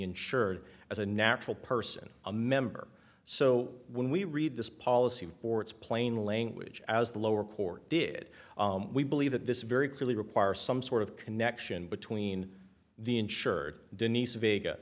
insured as a natural person a member so when we read this policy before it's plain language as the lower court did we believe that this very clearly require some sort of connection between the insured denise vega